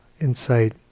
Insight